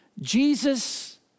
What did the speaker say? Jesus